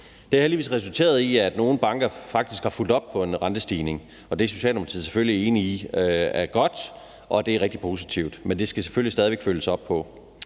Det har heldigvis resulteret i, at nogle banker faktisk har fulgt op på en rentestigning, og det er Socialdemokratiet selvfølgelig enige i er rigtig godt og positivt, men der skal selvfølgelig stadig væk følges op på